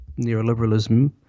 neoliberalism